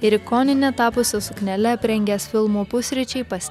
ir ikonine tapusia suknele aprengęs filmo pusryčiai pas